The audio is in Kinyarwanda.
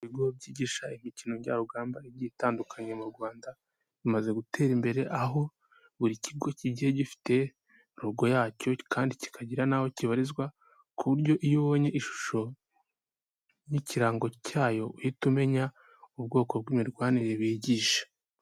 Ibigo byigisha imikino njyarugamba igiye itandukanye mu Rwanda bimaze gutera imbere, aho buri kigo kigiye gifite rogo yacyo kandi kikagira n’aho kibarizwa ku buryo iyo ubonye ishusho n'ikirango cyayo, uhita umenya ubwoko bw'imirwanire bigisha.